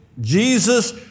Jesus